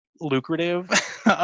lucrative